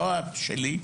לא רק שלי,